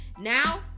Now